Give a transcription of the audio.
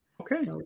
Okay